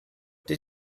did